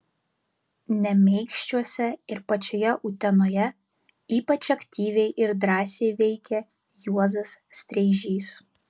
nemeikščiuose ir pačioje utenoje ypač aktyviai ir drąsiai veikė juozas streižys